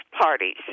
parties